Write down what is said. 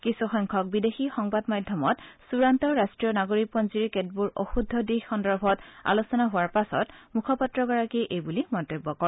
কিছুসংখ্যক বিদেশী সংবাদ মাধ্যমত চুড়ান্ত ৰাষ্ট্ৰীয় নাগৰিকপঞ্জীৰ কেতবোৰ অশুদ্ধ দিশ সন্দৰ্ভত আলোচনা হোৱাৰ পাছত মুখপাত্ৰগৰাকীয়ে এই বুলি মন্তব্য কৰে